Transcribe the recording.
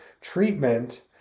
treatment